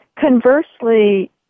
Conversely